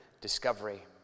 discovery